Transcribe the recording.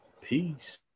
Peace